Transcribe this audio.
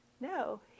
No